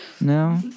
No